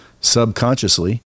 subconsciously